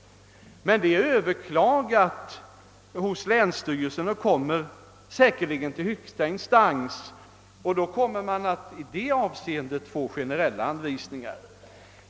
Beslutet är emellertid överklagat hos länsstyrel sen och kommer säkerligen att föras till högsta instans. Då får vi i det avseendet generella anvisningar.